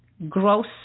gross